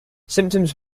symptoms